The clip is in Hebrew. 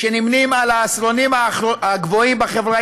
שנמנים עם העשירונים הגבוהים בחברה